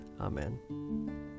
amen